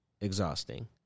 exhausting